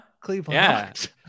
cleveland